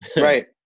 Right